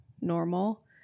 normal